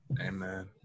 Amen